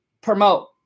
promote